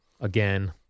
again